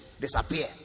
Disappear